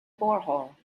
borehole